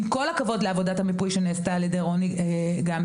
וזאת עם כל הכבוד לעבודת המיפוי שנעשתה על-ידי רוני גמזו.